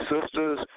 sisters